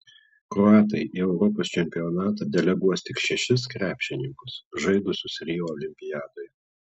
kroatai į europos čempionatą deleguos tik šešis krepšininkus žaidusius rio olimpiadoje